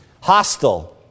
Hostile